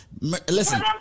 Listen